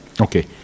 Okay